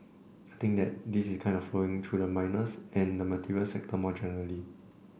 I think that this is kind of flowing through to the miners and the materials sector more generally